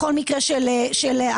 בכל מקרה של החלטה,